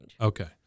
Okay